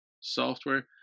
software